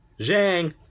Zhang